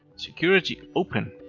security open.